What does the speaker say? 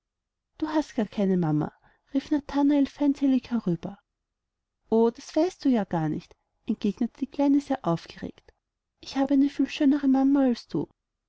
du hast gar keine mama rief nathanael feindselig herüber o das weißt du ja gar nicht entgegnete die kleine sehr aufgeregt ich habe eine viel schönere mama als du